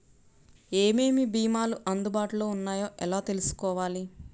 ఏమేమి భీమాలు అందుబాటులో వున్నాయో ఎలా తెలుసుకోవాలి?